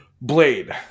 Blade